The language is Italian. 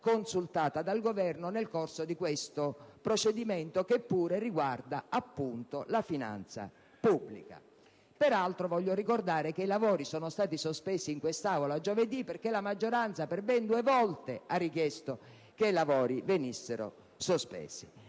consultata dal Governo nel corso di questo procedimento, che pure riguarda la finanza pubblica. Peraltro, voglio ricordare che i lavori sono stati sospesi in quest'Aula giovedì perché la maggioranza per ben due volte ne ha avanzato richiesta. Vorrei